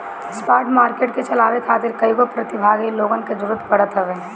spot market के चलावे खातिर कईगो प्रतिभागी लोगन के जरूतर पड़त हवे